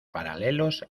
paralelos